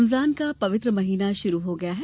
रमजान रमजान का पवित्र महीना शुरू हो गया है